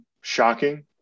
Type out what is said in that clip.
shocking